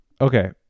Okay